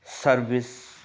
service